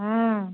हूँ